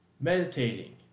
meditating